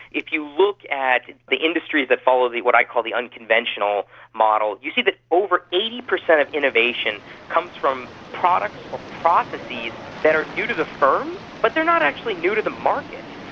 if you look at the industries that follow what i call the unconventional model, you see that over eighty percent of innovation comes from products or processes that are new to the firm, but they are not actually new to the market.